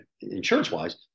insurance-wise